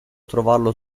trovarlo